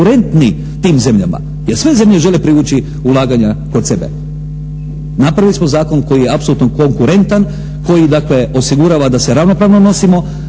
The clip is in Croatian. konkurentni tim zemljama, jer sve zemlje žele privući ulaganja kod sebe. Napravili smo zakon koji je apsolutno konkurentan, koji dakle osigurava da se ravnopravno nosimo